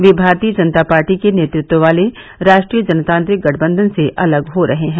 ये भारतीय जनता पार्टी के नेतृत्व वाले राष्ट्रीय जनतांत्रिक गठबंधन से अलग हो रहे हैं